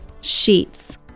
Sheets